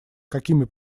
какими